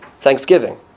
Thanksgiving